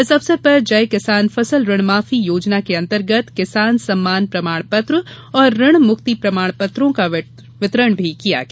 इस अवसर पर जय किसान फसल ऋण माफी योजनांतर्गत किसान सम्मान प्रमाण पत्र एवं ऋण मुक्ति प्रमाण पत्रो का वितरण भी किया गया